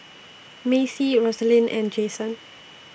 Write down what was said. Macy Rosalyn and Jasen